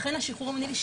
לכן השחרור המינהלי,